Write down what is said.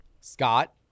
Scott